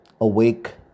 awake